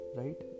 right